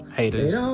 haters